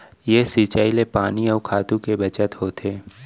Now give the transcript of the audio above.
ए सिंचई ले पानी अउ खातू के बचत होथे